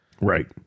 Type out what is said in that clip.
right